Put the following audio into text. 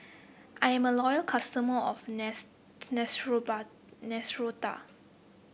I am a loyal customer of Neostrata